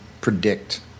predict